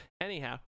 Anyhow